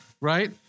right